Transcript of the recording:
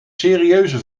serieuze